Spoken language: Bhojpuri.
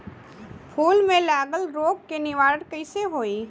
फूल में लागल रोग के निवारण कैसे होयी?